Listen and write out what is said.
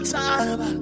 time